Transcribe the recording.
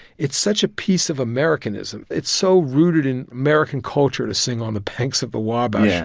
it's such a piece of americanism. it's so rooted in american culture to sing on the banks of the wabash, yeah